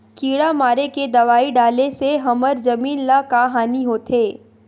किड़ा मारे के दवाई डाले से हमर जमीन ल का हानि होथे?